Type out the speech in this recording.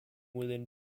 within